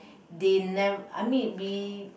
they nev~ I mean we